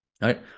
right